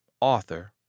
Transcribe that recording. author